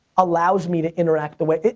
allows me to interact the way,